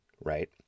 right